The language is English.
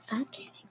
okay